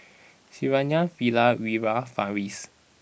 Syarafina Wira Farish